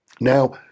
Now